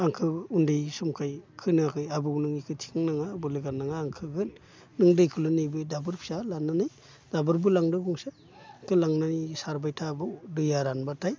आंखो उन्दै समखाय खोनो होयाखै आबौ नों इखो थिखां नाङा बोलो गारनाङा आं खोगोन नों दैखौल' नै दाबोर फिसा लानानै दाबोरबो लांदो गंसे इखो लांनानै सारबाय था आबौ दैया रानब्लाथाय